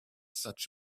such